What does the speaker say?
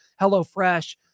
HelloFresh